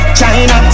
China